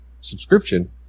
subscription